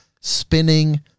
spinning